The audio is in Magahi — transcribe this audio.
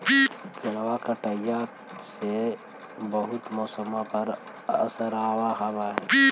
पेड़बा के कटईया से से बहुते मौसमा पर असरबा हो है?